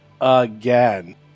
again